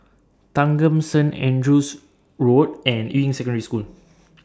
Thanggam Saint Andrew's Road and Yuying Secondary School